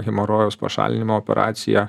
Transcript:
hemorojaus pašalinimo operacija